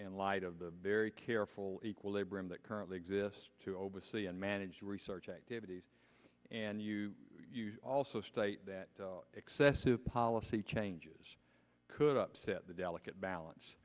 in light of the very careful equilibrium that currently exists to oversee and manage research activities and you also state that excessive policy changes could upset the delicate balance